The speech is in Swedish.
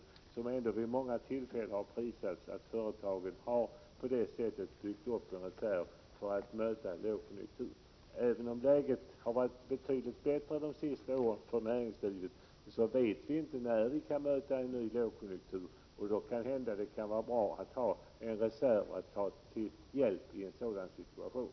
Det har ändå vid många tillfällen prisats att företagen på det sättet har byggt upp en reserv för att möta en lågkonjunktur. Även om läget för näringslivet har varit betydligt bättre de senaste åren vet vi inte när vi kan möta en ny lågkonjunktur, och då kan det kanhända vara bra att ha en reserv att ta till.